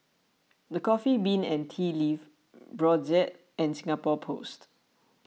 the Coffee Bean and Tea Leaf Brotzeit and Singapore Post